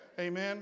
amen